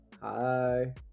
Hi